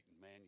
man